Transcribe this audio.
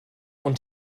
und